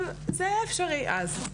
אבל זה היה אפשרי אז.